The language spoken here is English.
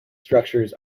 structures